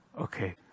Okay